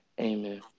amen